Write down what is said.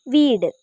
വീട്